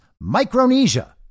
Micronesia